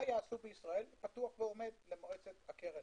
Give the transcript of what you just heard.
מה יעשו בישראל פתוח ועומד למועצת הקרן.